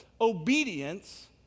Obedience